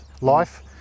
life